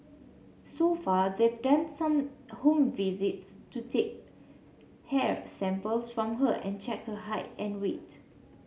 so far they've done some home visits to take hair samples from her and check her height and weight